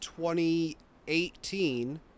2018